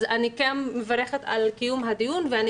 אז אני גם מברכת על קיום הדיון ואני